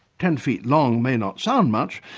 ten feet long may not sound much,